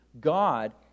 God